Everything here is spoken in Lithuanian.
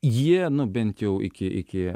jie nu bent jau iki iki